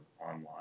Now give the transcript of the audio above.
online